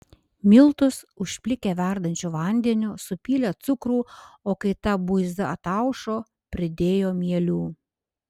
miltus užplikė verdančiu vandeniu supylė cukrų o kai ta buiza ataušo pridėjo mielių